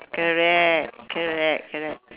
correct correct correct